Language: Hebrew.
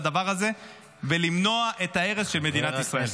הדבר הזה ולמנוע את ההרס של מדינת ישראל.